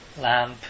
lamp